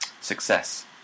success